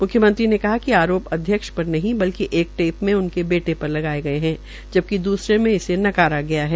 मुख्यमंत्री ने कहा कि आरोप अध्यक्ष पर नहीं बल्कि एक टेप में उनके बेटे पर लगाया गया है जबकि द्रसरे मे इसे नकारा गया है